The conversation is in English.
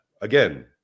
again